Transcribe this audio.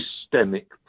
systemic